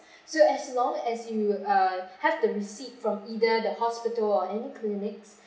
so as long as you uh have the receipt from either the hospital or any clinics